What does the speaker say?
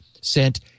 sent